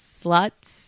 sluts